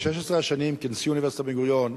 ב-16 השנים כנשיא אוניברסיטת בן-גוריון